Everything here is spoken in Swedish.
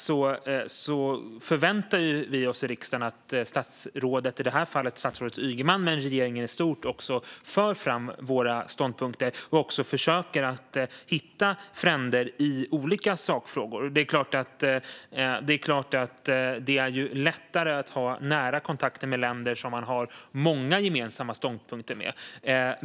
Vi förväntar oss i riksdagen att statsrådet, i det här fallet statsrådet Ygeman, och regeringen i stort för fram våra ståndpunkter och försöker att hitta fränder i olika sakfrågor. Det är klart att det är lättare att ha nära kontakter med länder som man har många gemensamma ståndpunkter med.